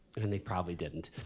and they probably didn't.